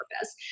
purpose